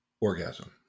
orgasm